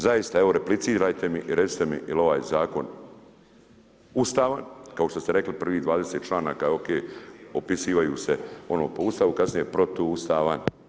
Zaista evo, replicirate mi i recite mi jel ovaj zakon ustavan, kao što ste rekli prvih 20 članaka, ok, opisivanju se ono po Ustava, a kasnije protuustavan.